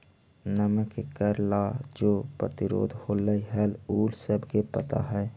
नमक के कर ला जो प्रतिरोध होलई हल उ सबके पता हई